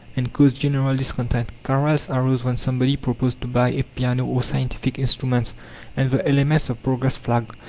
and caused general discontent quarrels arose when somebody proposed to buy a piano or scientific instruments and the elements of progress flagged.